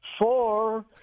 Four